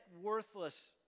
worthless